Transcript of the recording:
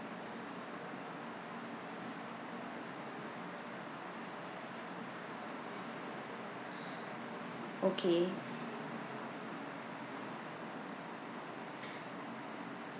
okay